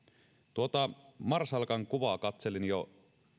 tuota marsalkan kuvaa katselin jo